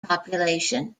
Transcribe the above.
population